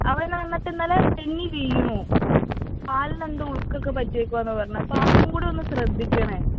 അവൻ എന്നിട്ട് ഇന്നലെ തെന്നി വീണു കാല് രണ്ട് ഉളുക്കൊക്കെ പറ്റിയിരിക്കുകയാണെന്നാണ് പറഞ്ഞെ അപ്പോൾ അതും കൂടി ഒന്ന് ശ്രദ്ധിക്കണേ